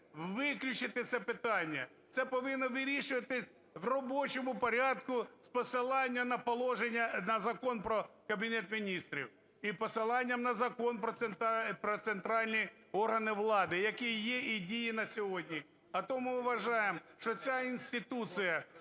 виключити, це питання. Це повинно вирішуватись в робочому порядку з посиланням на положення, на Закон про Кабінет Міністрів і посиланням на Закон про центральні органи влади, який є і діє на сьогодні. А тому вважаємо, що ця інституція